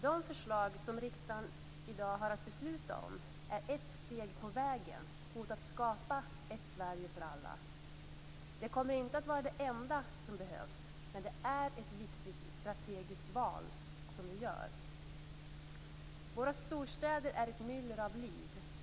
De förslag som riksdagen i dag har att besluta om är ett steg på vägen mot att skapa ett Sverige för alla. Det kommer inte att vara det enda som behövs, men det är ett viktigt strategiskt val som vi gör. Våra storstäder är ett myller av liv.